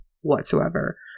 whatsoever